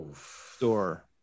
store